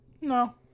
No